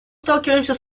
сталкиваемся